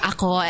Ako